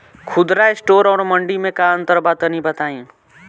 खुदरा स्टोर और मंडी में का अंतर बा तनी बताई?